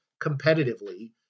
competitively